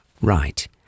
Right